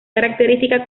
característica